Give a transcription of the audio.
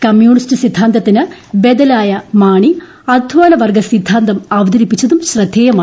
communist സിദ്ധാന്തത്തിന് ബദലായി മാണി അധ്വാനവർഗ്ഗ സിദ്ധാന്തം അവതരിപ്പിച്ചതും ശ്രദ്ധേയമായി